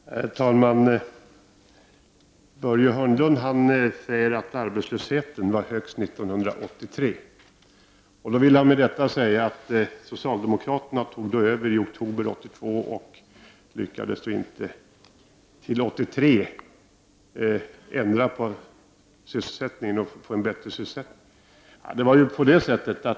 Herr talman! Börje Hörnlund säger att arbetslösheten var högst 1983. Med det vill han säga att socialdemokraterna, som övertog regeringsmakten i oktober 1982, inte till år 1983 hade lyckats höja sysselsättningen.